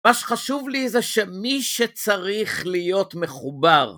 מה שחשוב לי זה שמי שצריך להיות מחובר.